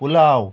pulao